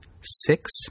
six